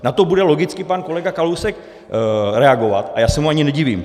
Na to bude logicky pan kolega Kalousek reagovat a já se mu ani nedivím.